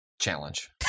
challenge